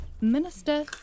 minister